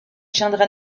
tiendra